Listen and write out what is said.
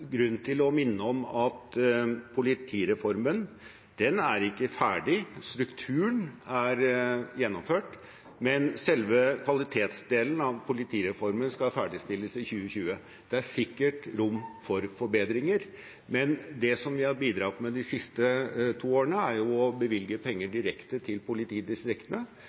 grunn til å minne om at politireformen ikke er ferdig. Strukturen er gjennomført, men selve kvalitetsdelen av politireformen skal ferdigstilles i 2020. Det er sikkert rom for forbedringer, men det vi har bidratt med de siste to årene, er å bevilge penger direkte til politidistriktene,